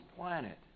planet